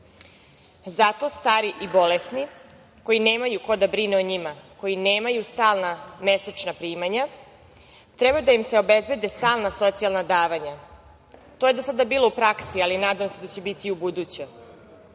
Zato starim i bolesnima koji nemaju ko da brinu o njima, koji nemaju stalna mesečna primanja treba da im se obezbede stalna socijalna davanja. To je do sada bilo u praksi, ali nadam se da će biti i